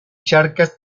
charcas